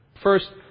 First